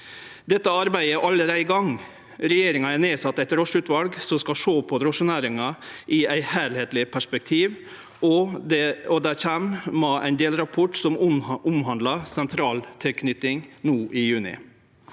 Dette arbeidet er allereie i gang. Regjeringa har nedsett eit drosjeutval som skal sjå på drosjenæringa i eit heilskapleg perspektiv, og det kjem ein delrapport som omhandlar sentraltilknyting no i juni.